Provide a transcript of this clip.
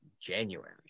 January